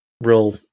real